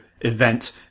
event